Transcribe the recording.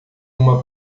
uma